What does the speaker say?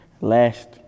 Last